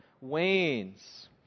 wanes